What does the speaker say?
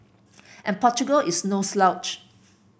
and Portugal is no slouch